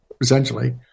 essentially